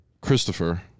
christopher